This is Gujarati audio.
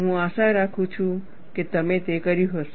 હું આશા રાખું છું કે તમે તે કર્યું હશે